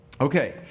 Okay